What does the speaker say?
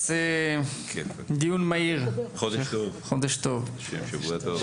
חודש טוב, שבוע טוב.